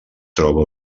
troba